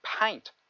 paint